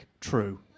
True